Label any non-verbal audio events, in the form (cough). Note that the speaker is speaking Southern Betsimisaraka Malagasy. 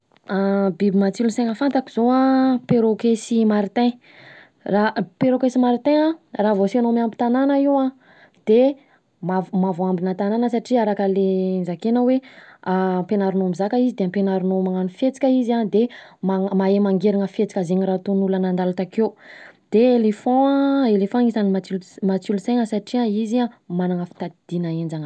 (hesitation) Biby matsilo saina fantako zao an perroquet sy martin, raha perroquet sy martin an, raha vao asainao miambi-tanana io an de mavoambina tanàna satria araka le nozakena hoe an ampianarinao mizaka izy, de ampianarinao magnano fihetsika izy an de, mahay mangerina fihetsika zegny raha ataon’ny olona nandalo takeo, de éléphant an, éléphant agnisan'ny matsil- matsilo saina satria izy an manana fitadidiana henjana be.